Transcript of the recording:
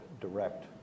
direct